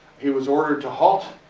he was ordered to halt.